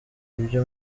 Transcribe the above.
ibyo